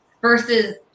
versus